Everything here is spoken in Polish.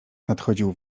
nadchodził